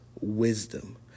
wisdom